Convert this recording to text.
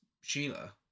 Sheila